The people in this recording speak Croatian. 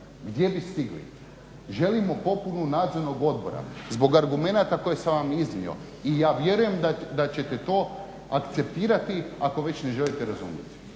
gdje bi stigli. Želimo popunu nadzornog odbora zbog argumenata koje sam vam iznio. I ja vjerujem da ćete to akceptirati ako već ne želite razumjeti.